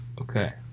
okay